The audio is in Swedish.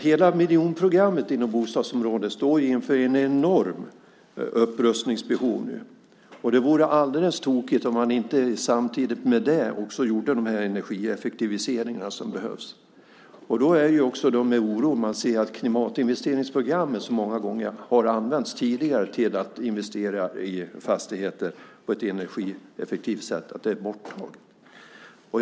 Hela miljonprogrammet inom bostadsområdet står inför ett enormt upprustningsbehov, och det vore alldeles tokigt om man inte samtidigt också gjorde de energieffektiviseringar som behövs. Det är med oro jag ser att klimatinvesteringsprogrammet, som många gånger tidigare har använts till att investera i fastigheter på ett energieffektivt sätt, är borttaget.